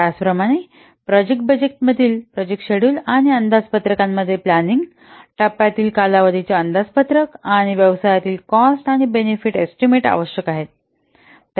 त्याचप्रमाणे प्रोजेक्ट बजेटमधील project schedule आणि अंदाजपत्रकामध्ये प्लँनिंग टप्प्यातील कालावधीचे अंदाजपत्रक आणि व्यवसायातील कॉस्ट आणि बेनिफिट एस्टीमेट आवश्यक आहेत